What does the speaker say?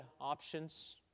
options